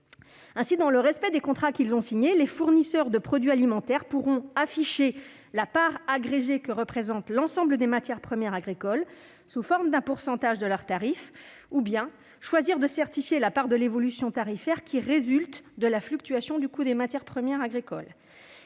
Ainsi, dans le respect des contrats qu'ils ont signés, les fournisseurs de produits alimentaires pourront afficher la part agrégée que représentent l'ensemble des matières premières agricoles, sous forme d'un pourcentage de leur tarif, ou bien choisir de certifier la part de l'évolution tarifaire découlant de la fluctuation du coût des matières premières agricoles.